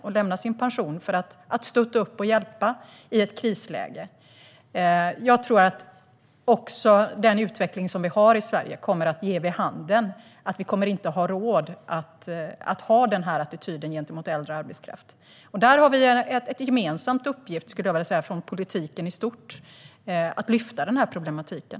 De lämnade sin pensionstillvaro för att stötta upp och hjälpa i ett krisläge. Jag tror också att den utveckling vi har i Sverige kommer att ge vid handen att vi inte kommer att ha råd att ha den här attityden gentemot äldre arbetskraft. Där har vi en gemensam uppgift från politikens sida, skulle jag vilja säga, att lyfta fram problematiken.